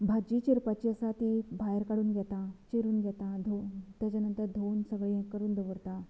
भाजी चिरपाची आसा ती भायर काडून घेतां चिरून घेतां धोव तेजा नंतर धुवन सगळें हें कोरून दवरतां